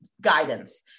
guidance